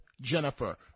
Jennifer